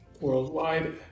worldwide